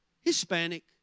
Hispanic